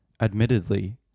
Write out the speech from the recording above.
Admittedly